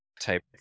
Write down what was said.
type